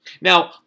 Now